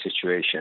situation